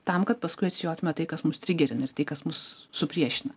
tam kad paskui atsijotume tai kas mus trigerina ir tai kas mus supriešina